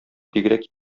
бигрәк